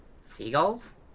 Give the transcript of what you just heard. seagulls